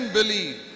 believe